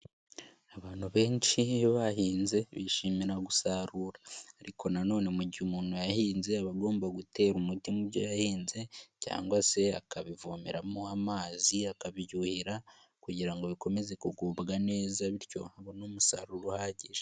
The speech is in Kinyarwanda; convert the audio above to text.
Abantu benshi iyo bahinze bishimira gusarura, ariko na none mu gihe umuntu yahinze aba agomba gutera umuti mu byo yahinze cyangwa se akabivomeramo amazi akabyuhira kugira ngo bikomeze kugubwa neza, bityo abone umusaruro uhagije.